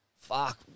fuck